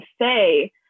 say